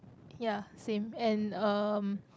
ya same and um